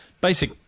basic